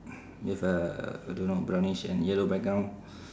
with uh I don't know brownish and yellow background